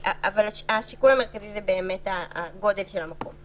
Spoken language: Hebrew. השיקול המרכזי הוא הגודל של המקום,